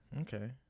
Okay